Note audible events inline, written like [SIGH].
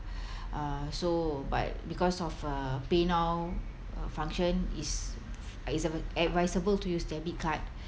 [BREATH] uh so but because of uh paynow uh function it's uh it's advi~ advisable to use debit card